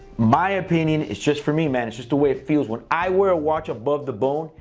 my opinion is just for me man, it's just the way it feels, when i wear a watch above the bone,